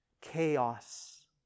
Chaos